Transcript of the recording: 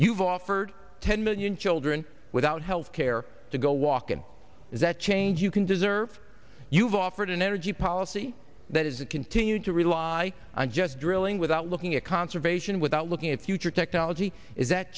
you've offered ten million children without health care to go walk and is that change you can deserve you've offered an energy policy that is to continue to rely on just drilling without looking at conservation without looking at future technology is that